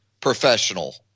professional